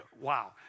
wow